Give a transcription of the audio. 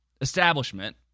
establishment